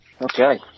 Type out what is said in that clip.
Okay